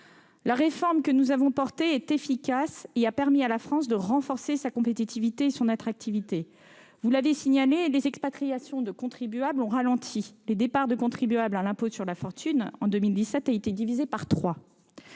La réforme que nous avons réalisée est efficace ; elle a permis à la France de renforcer sa compétitivité et son attractivité. Vous l'avez signalé, les expatriations de contribuables ont ralenti. Les départs de contribuables à l'impôt sur la fortune en 2017 ont été divisés par trois.